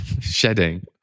shedding